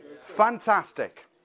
Fantastic